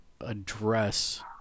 address